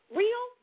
real